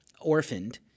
orphaned